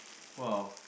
!wow!